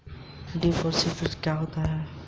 Drip और sprinkler क्या हैं?